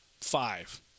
five